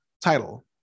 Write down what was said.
title